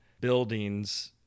buildings